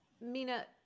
Mina